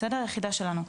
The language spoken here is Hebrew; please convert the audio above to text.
היחידה שלנו.